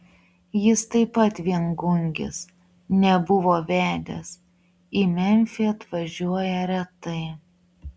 jis taip pat viengungis nebuvo vedęs į memfį atvažiuoja retai